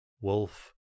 wolf